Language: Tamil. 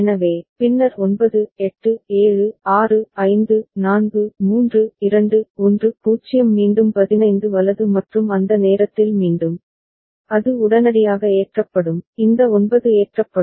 எனவே பின்னர் 9 8 7 6 5 4 3 2 1 0 மீண்டும் 15 வலது மற்றும் அந்த நேரத்தில் மீண்டும் அது உடனடியாக ஏற்றப்படும் இந்த 9 ஏற்றப்படும்